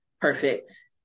perfect